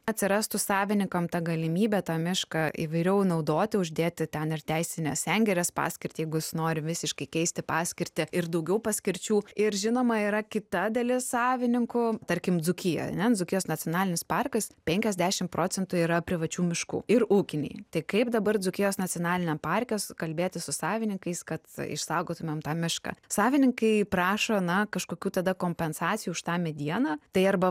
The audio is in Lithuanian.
atsirastų savininkam ta galimybė tą mišką įvairiau naudoti uždėti ten ir teisinę sengirės paskirtį jeigu jis nori visiškai keisti paskirtį ir daugiau paskirčių ir žinoma yra kita dalis savininkų tarkim dzūkija ane dzūkijos nacionalinis parkas penkiasdešim procentų yra privačių miškų ir ūkiniai tai kaip dabar dzūkijos nacionaliniam parke kalbėtis su savininkais kad išsaugotumėm tą mišką savininkai prašo na kažkokių tada kompensacijų už tą medieną tai arba